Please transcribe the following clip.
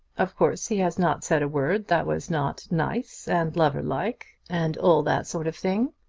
of course he has not said a word that was not nice and lover-like, and all that sort of thing.